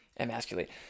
emasculate